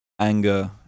anger